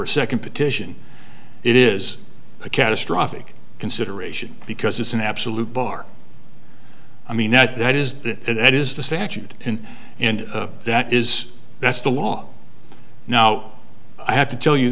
a second petition it is a catastrophic consideration because it's an absolute bar i mean that is it is the statute in and that is that's the law now i have to tell you